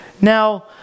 Now